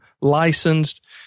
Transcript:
licensed